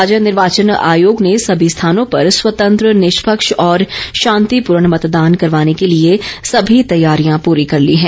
राज्य निर्वाचन आयोग ने सर्भो स्थानों पर स्वतंत्र निष्पक्ष और शांतिपूर्ण मतदान करवाने के लिए समी तैयारियां पूरी कर ली हैं